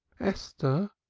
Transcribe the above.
esther,